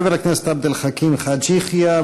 חבר הכנסת עבד אל חכים חאג' יחיא,